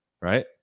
Right